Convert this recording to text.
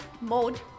mode